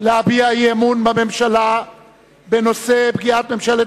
להביע אי-אמון בממשלה בנושא: פגיעת ממשלת